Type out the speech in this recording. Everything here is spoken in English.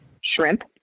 shrimp